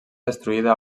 destruïda